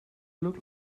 look